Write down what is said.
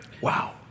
wow